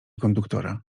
konduktora